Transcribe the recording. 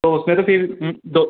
तो उसमें तो फिर दो